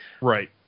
Right